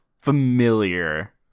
familiar